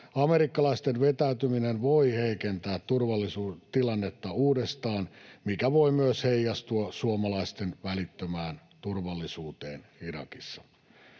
Amerikkalaisten vetäytyminen voi heikentää turvallisuustilannetta uudestaan, mikä voi myös heijastua suomalaisten välittömään turvallisuuteen Irakissa.